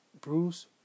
Bruce